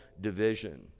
division